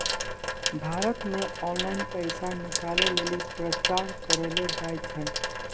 भारत मे ऑनलाइन पैसा निकालै लेली प्रचार करलो जाय छै